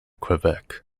quebec